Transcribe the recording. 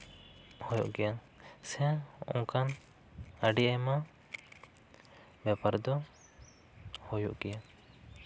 ᱦᱩᱭᱩᱜ ᱜᱮᱭᱟ ᱥᱮ ᱚᱱᱠᱟᱱ ᱟᱹᱰᱤ ᱟᱭᱢᱟ ᱵᱮᱯᱟᱨ ᱫᱚ ᱦᱩᱭᱩᱜ ᱜᱮᱭᱟ